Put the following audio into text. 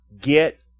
get